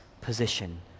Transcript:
position